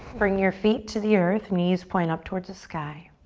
bring your feet to the earth, knees point up towards the sky.